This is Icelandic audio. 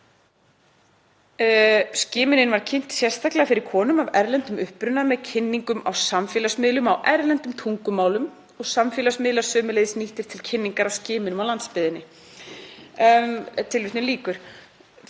Skimunin var kynnt sérstaklega fyrir konum af erlendum uppruna með kynningum á samfélagsmiðlum á erlendum tungumálum og samfélagsmiðlar sömuleiðis nýttir til kynningar á skimunum á landsbyggðinni.“ Þessar